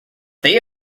they